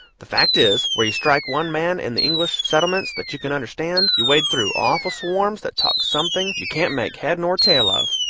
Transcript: the fact is, where you strike one man in the english settlements that you can understand, you wade through awful swarms that talk something you can't make head nor tail of.